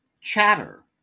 Chatter